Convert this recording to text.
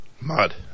Mud